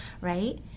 right